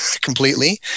completely